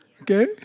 Okay